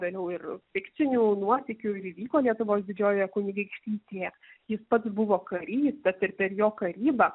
vėliau ir fikcinių nuotykių ir įvyko lietuvos didžiojoje kunigaikštystėje jis pats buvo karys tad ir per jo karybą